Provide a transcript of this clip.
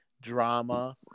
drama